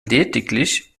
lediglich